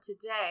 Today